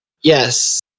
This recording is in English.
Yes